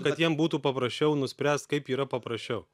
kad jiem būtų paprasčiau nuspręst kaip yra paprasčiau